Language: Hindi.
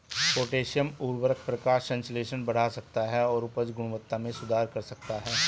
पोटेशियम उवर्रक प्रकाश संश्लेषण बढ़ा सकता है और उपज गुणवत्ता में सुधार कर सकता है